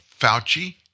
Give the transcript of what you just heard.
Fauci